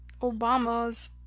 Obama's